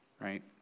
Right